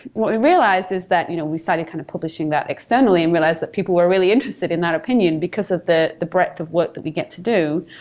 what we realized is that you know we started kind of publishing that externally and realized that people were really interested in that opinion because of the the breadth of work that we get to do.